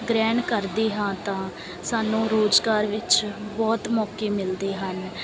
ਗ੍ਰਹਿਣ ਕਰਦੇ ਹਾਂ ਤਾਂ ਸਾਨੂੰ ਰੋਜ਼ਗਾਰ ਵਿੱਚ ਬਹੁਤ ਮੌਕੇ ਮਿਲਦੇ ਹਨ